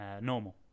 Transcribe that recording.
normal